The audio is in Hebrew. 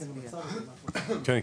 כן,